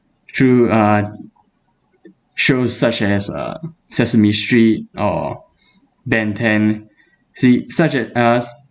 through uh shows such as uh sesame street or ben ten see such as us